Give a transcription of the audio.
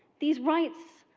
these rights,